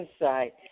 insight